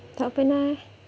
tak pernah eh